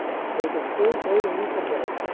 to take a still greater leap ahead,